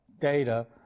data